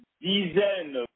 dizaines